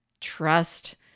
trust